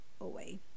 away